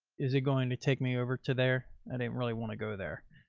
is it going to take me over to there? i didn't really want to go there,